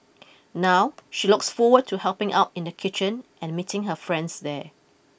now she looks forward to helping out in the kitchen and meeting her friends there